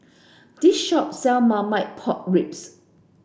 this shop sell Marmite Pork Ribs